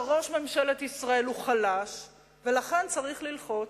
שראש ממשלת ישראל הוא חלש ולכן צריך ללחוץ.